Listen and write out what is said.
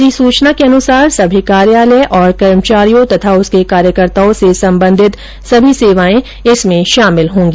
अधिसूचना के अनुसार समस्त कार्यालय और कर्मचारियों तथा उसके कार्यकर्ताओं से सम्बन्धित सभी सेवाएं इसमें शामिल होंगी